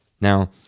Now